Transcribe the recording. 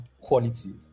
quality